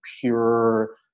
pure